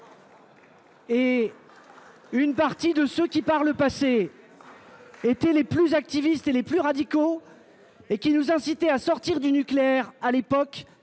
Et. Une partie de ceux qui par le passé. Étaient les plus activistes et les plus radicaux et qui nous inciter à sortir du nucléaire. À l'époque